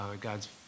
God's